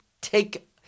take